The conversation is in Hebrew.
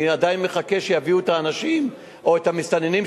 אני עדיין מחכה שיביאו את האנשים או את המסתננים,